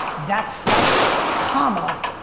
that sucks comma,